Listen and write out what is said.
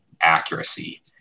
accuracy